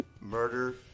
murder